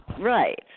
Right